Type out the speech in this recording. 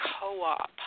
co-op